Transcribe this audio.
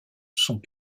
sont